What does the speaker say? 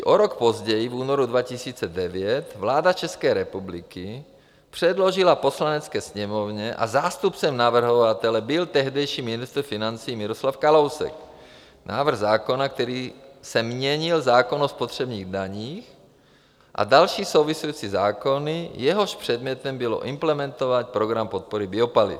O rok později, v únoru 2009, vláda České republiky předložila Poslanecké sněmovně a zástupcem navrhovatele byl tehdejší ministr financí Miroslav Kalousek návrh zákona, kterým se měnil zákon o spotřebních daních a další související zákony a jehož předmětem bylo implementovat program podpory biopaliv.